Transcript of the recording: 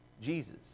Jesus